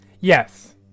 Yes